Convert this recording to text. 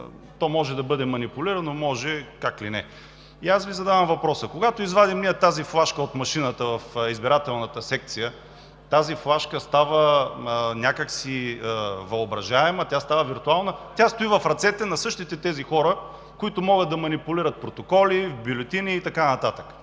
то може да бъде манипулирано, може как ли не. Задавам Ви въпроса: когато извадим флашката от машината в избирателната секция, тази флашка става някак си въображаема, тя става виртуална? Тя стои в ръцете на същите тези хора, които могат да манипулират протоколи, бюлетини и така нататък.